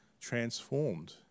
transformed